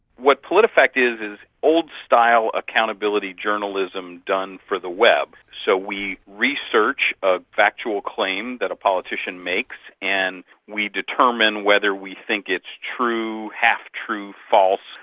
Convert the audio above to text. what politifact is is old-style accountability journalism done for the web. so we research a factual claim that a politician makes and we determine whether we think it's true, half true, false,